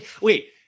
wait